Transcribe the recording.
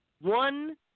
one